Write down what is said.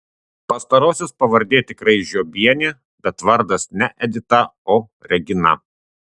pastarosios pavardė tikrai žiobienė bet vardas ne edita o regina